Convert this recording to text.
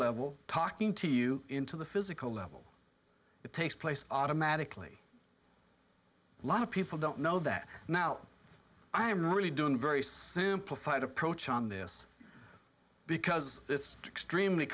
level talking to you into the physical level it takes place automatically lot of people don't know that now i am really doing very simplified approach on this because it's extremely